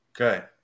Okay